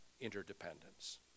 interdependence